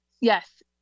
yes